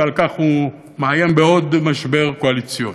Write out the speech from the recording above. ועל כך הוא מאיים בעוד משבר קואליציוני.